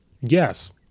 yes